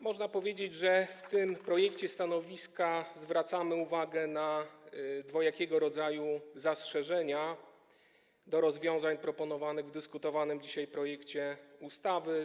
Można powiedzieć, że w tym projekcie stanowiska zwracamy uwagę na dwojakiego rodzaju zastrzeżenia do rozwiązań proponowanych w omawianym dzisiaj projekcie ustawy.